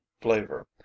flavor